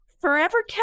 forever